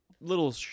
little